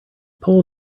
pull